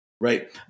right